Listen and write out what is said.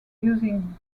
using